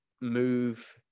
move